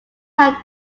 have